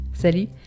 Salut